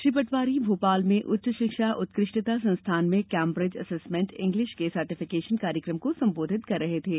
श्री पटवारी भोपाल में उच्च शिक्षा उत्कृष्टता संस्थान में कैम्ब्रिज असेसमेंट इंग्लिश के सर्टिफिकेशन कार्यक्रम को संबोधित कर रहे थे